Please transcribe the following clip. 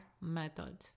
method